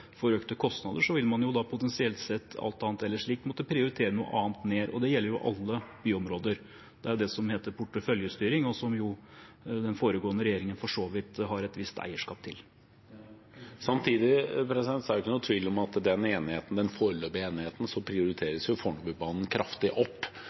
økte kostnader, vil man da potensielt sett, alt annet ellers likt, måtte prioritere noe annet ned. Det gjelder alle byområder. Det er det som heter porteføljestyring, og som den foregående regjeringen for så vidt har et visst eierskap til. Samtidig er det ikke noen tvil om at i den foreløpige enigheten